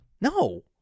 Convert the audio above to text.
No